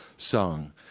song